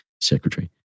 Secretary